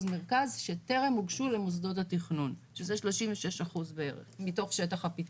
מרכז שטרם הוגשו למוסדות התכנון שזה 36% בערך מתוך שטח הפיתוח.